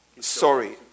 Sorry